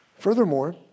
Furthermore